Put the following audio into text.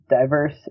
diverse